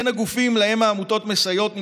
בין הגופים שהעמותות מסייעות להם